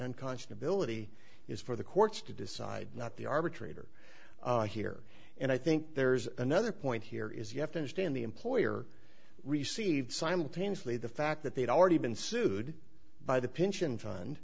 unconscionable ety is for the courts to decide not the arbitrator here and i think there's another point here is you have to understand the employer received simultaneously the fact that they'd already been sued by the pension fund